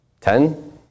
Ten